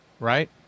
right